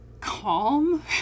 calm